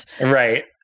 right